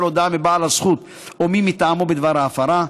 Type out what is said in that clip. הודעה מבעל הזכות או מי מטעמו בדבר ההפרה,